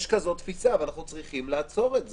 יש תפיסה כזאת, ואנחנו צריכים לעצור את זה,